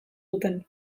duten